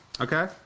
Okay